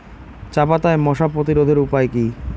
চাপাতায় মশা প্রতিরোধের উপায় কি?